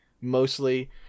mostly